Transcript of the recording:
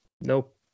Nope